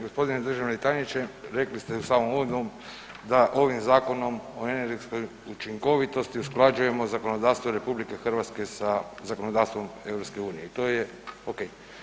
G. državni tajniče, rekli ste u samom uvodu da ovim Zakonom o energetskoj učinkovitosti, usklađujemo zakonodavstvo RH sa zakonodavstvom EU i to je ok.